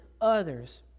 others